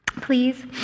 please